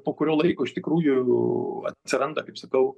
po kurio laiko iš tikrųjų atsiranda kaip sakau